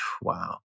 wow